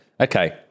Okay